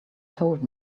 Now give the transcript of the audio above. told